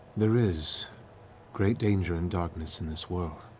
there is great danger and darkness in this world,